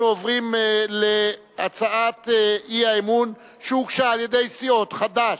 אנחנו עוברים להצעת אי-האמון שהוגשה על-ידי הסיעות חד"ש,